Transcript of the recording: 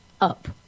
up